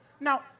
Now